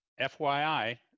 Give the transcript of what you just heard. FYI